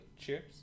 Cheers